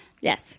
yes